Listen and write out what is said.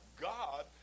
God